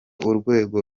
urwego